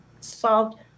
solved